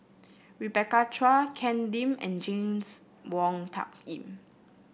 Rebecca Chua Ken Lim and James Wong Tuck Yim